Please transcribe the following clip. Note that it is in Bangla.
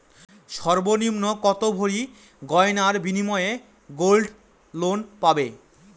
সর্বনিম্ন কত ভরি গয়নার বিনিময়ে গোল্ড লোন পাব?